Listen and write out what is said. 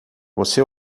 você